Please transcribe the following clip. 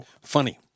Funny